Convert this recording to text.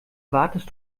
wartest